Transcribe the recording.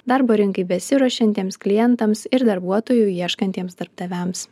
darbo rinkai besiruošiantiems klientams ir darbuotojų ieškantiems darbdaviams